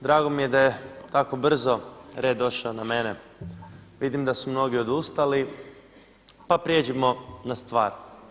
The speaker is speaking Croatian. Drago mi je da tako brzo red došao na mene, vidim da su mnogi odustali pa prijeđimo na stvar.